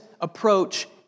approach